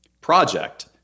project